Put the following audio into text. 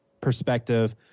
perspective